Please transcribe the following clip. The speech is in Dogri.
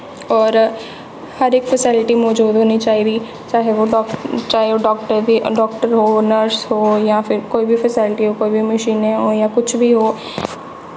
और हर इक फैसिलिटी मज़ूद होनी चाहिदी चाहे ओह् चाहे ओह् डाक्टर हो नर्स हो जां फिर कोई बी फैसिलिटी हां जां मशीना हो जां कुछ बी हो